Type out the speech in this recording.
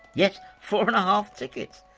yes! four and a half tickets!